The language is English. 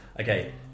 Okay